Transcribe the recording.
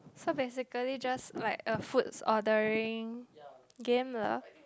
so basically just like a foods ordering game lah